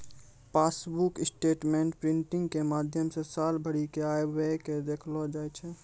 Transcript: passbook statement printing के माध्यमो से साल भरि के आय व्यय के देखलो जाय छै